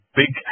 big